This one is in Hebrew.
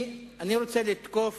אני רוצה לתקוף